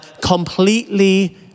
completely